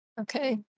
Okay